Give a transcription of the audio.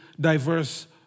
diverse